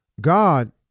God